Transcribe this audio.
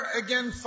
again